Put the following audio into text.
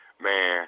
man